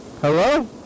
Hello